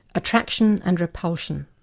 attraction and repulsion,